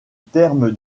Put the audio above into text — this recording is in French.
terme